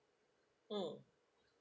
mm